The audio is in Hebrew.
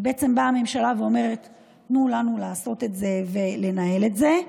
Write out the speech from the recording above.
באה הממשלה ואומרת: תנו לנו לעשות את זה ולנהל את זה.